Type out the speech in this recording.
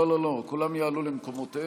לא לא לא, כולם יעלו למקומותיהם